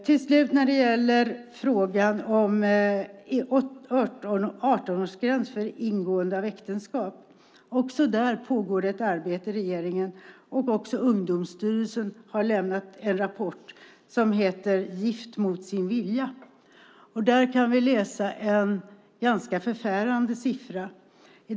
Till slut: När det gäller frågan om 18-årsgräns för ingående av äktenskap pågår också där ett arbete i regeringen. Även Ungdomsstyrelsen har lämnat en rapport, som heter Gift mot sin vilja . I denna rapport kan vi läsa en ganska förfärande siffra.